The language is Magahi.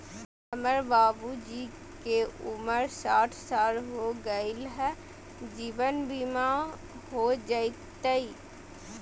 हमर बाबूजी के उमर साठ साल हो गैलई ह, जीवन बीमा हो जैतई?